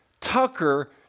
Tucker